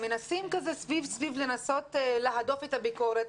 מנסים כזה סביב סביב לנסות להדוף את הביקורת,